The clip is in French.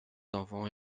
enfants